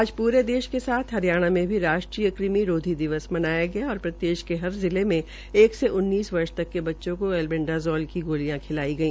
आज पूरे देश के साथ हरियाणा में भी राष्ट्रीय कृमि रोधी दिवस मनाया गया और प्रदेश के हर जिले में एक से उन्नीस वर्ष तक के बच्चों का अलबंडाज़ोल की गोलियां खिलाई गई